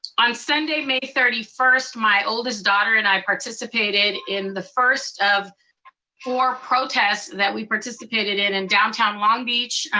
on sunday may thirty first, my oldest daughter and i participated in the first of four protests that we participated in in downtown long beach.